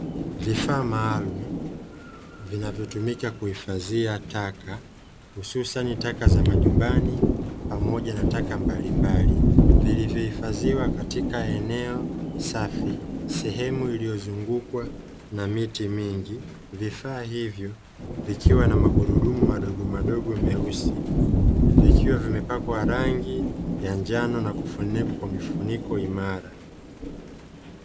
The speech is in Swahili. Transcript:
Vifaa maalumu vinavyotumika kuhifadhia taka hususani taka za majumbani pamoja na taka mbalimbali, vilivyohifadhiwa katika eneo safi sehemu iliyozungukwa na miti mingi. Vifaa hivyo vikiwa na magurudumu madogomadogo meusi na vikiwa vimepakwa rangi ya njano na kufunikwa kwa mifuniko imara.